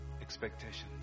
expectations